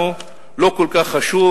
לנו לא כל כך חשוב